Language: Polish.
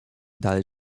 dalej